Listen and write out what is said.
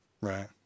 Right